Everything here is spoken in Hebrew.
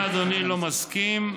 אם אדוני לא מסכים,